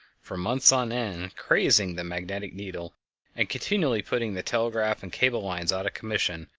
for months on end, crazing the magnetic needle and continually putting the telegraph and cable lines out of commission,